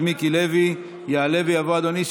חבר הכנסת מיקי לוי, יעלה ויבוא אדוני.